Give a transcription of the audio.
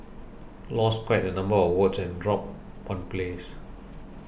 lost quite a number of votes and dropped one place